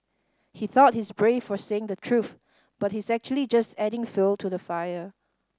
he thought he's brave for saying the truth but he's actually just adding fuel to the fire